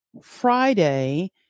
Friday